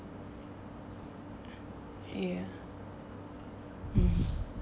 ya (uh huh)